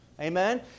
Amen